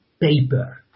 paper